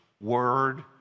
word